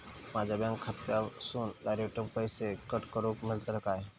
माझ्या बँक खात्यासून डायरेक्ट पैसे कट करूक मेलतले काय?